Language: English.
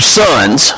sons